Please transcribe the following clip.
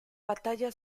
batalla